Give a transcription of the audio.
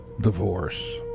divorce